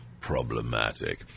Problematic